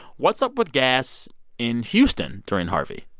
what's up with gas in houston during harvey?